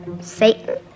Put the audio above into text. Satan